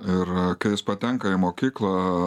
ir kai jis patenka į mokyklą